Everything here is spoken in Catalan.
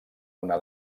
una